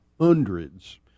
hundreds